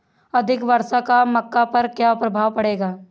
अधिक वर्षा का मक्का पर क्या प्रभाव पड़ेगा?